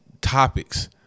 topics